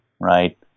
right